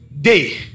day